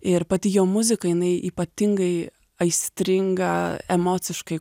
ir pati jo muzika jinai ypatingai aistringa emociškai